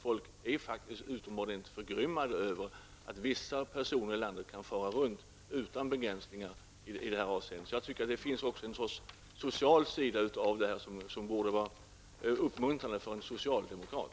Folk är utomordentligt förgrymmade över att vissa personer i landet får fara runt utan begränsningar. Så det finns också en sorts social sida i det hela, som borde vara uppmuntrande för en socialdemokrat.